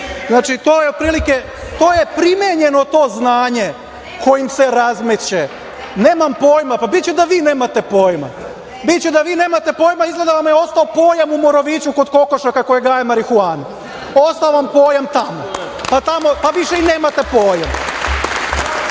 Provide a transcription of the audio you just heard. to je primenjeno to znanje kojim se razmeće. Nemam pojma, pa biće da vi nemate pojma. Biće da vi nemate pojma, a izgleda da vam je ostao pojam u Moroviću kod kokošaka koje gaje marihuanu, pa ostavo vam pojam tamo, pa više i nemate pojma.